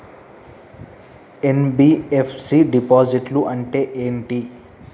NBFC డిపాజిట్లను అంటే ఏంటి?